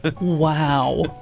Wow